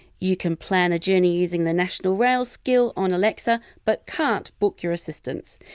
you can plan a journey using the national rail skill on alexa, but can't book your assistance.